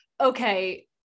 okay